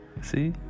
See